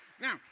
Now